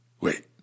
Wait